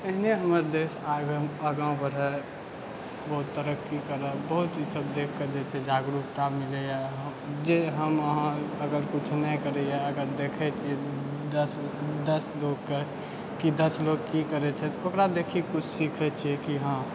एहिने हमर देश आगाँ बढ़ै बहुत तरक्की करै बहुत ईसब देखिके जे छै जागरूकता मिलैए जे हम अहाँ अगर किछु नहि करैए अगर देखै छी दस दसगोके कि दस लोक की करै छै तऽ ओकरा देखिके किछु सिखै छिए कि हँ